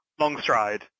Longstride